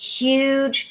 huge